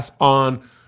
on